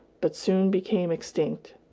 but soon became extinct.